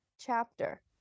chapter